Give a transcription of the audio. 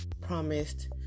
promised